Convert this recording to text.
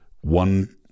one